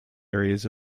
areas